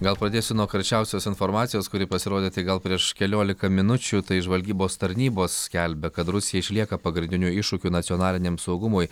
gal pradėsiu nuo karščiausios informacijos kuri pasirodė tik gal prieš keliolika minučių tai žvalgybos tarnybos skelbia kad rusija išlieka pagrindiniu iššūkiu nacionaliniam saugumui